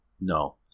No